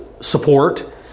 support